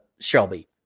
Shelby